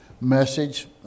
message